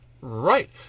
right